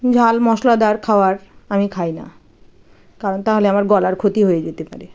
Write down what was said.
ঝাল মশলাদার খাবার আমি খাই না কারণ তাহলে আমার গলার ক্ষতি হয়ে যেতে পারে